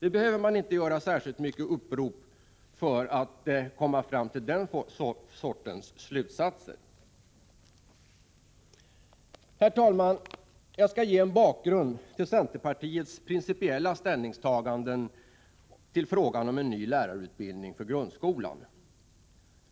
Det behövs inte några upprop för att komma fram till den sortens slutsatser. Herr talman! Jag skall ge en bakgrund till centerpartiets principiella ställningstaganden till frågan om en ny lärarutbildning för grundskolan.